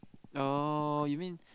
oh you mean